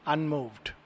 Unmoved